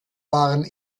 waren